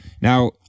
Now